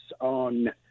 on